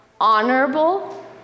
honorable